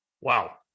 Wow